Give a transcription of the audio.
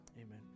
Amen